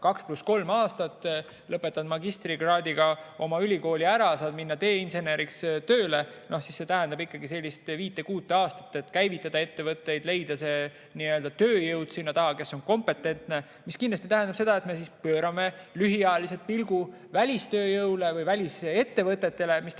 3 + 2 aastat, et lõpetad magistrikraadiga oma ülikooli ära, saad minna teeinseneriks tööle, siis see tähendab ikkagi viit-kuut aastat, et käivitada ettevõtteid ja leida sinna tööjõud, kes on kompetentne. See kindlasti tähendab seda, et me siis pöörame lühiajaliselt pilgu välistööjõule või välisettevõtetele, mistõttu